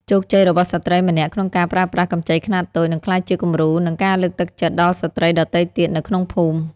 ជោគជ័យរបស់ស្ត្រីម្នាក់ក្នុងការប្រើប្រាស់កម្ចីខ្នាតតូច នឹងក្លាយជាគំរូ និងការលើកទឹកចិត្តដល់ស្ត្រីដទៃទៀតនៅក្នុងភូមិ។